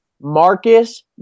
Marcus